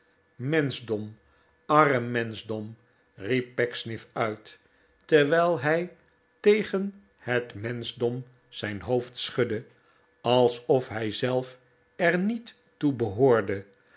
menschdom arm menschdom riep pecksniff uit terwijl hij charity wordt door elkaar geschud tegen het menschdom zijn hoofd schudde alsof hij zelf er niet toe behoorde